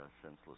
senseless